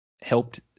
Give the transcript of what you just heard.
helped